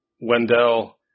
Wendell